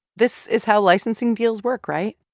this is how licensing deals work right?